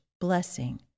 blessing